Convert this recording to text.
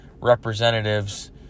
representatives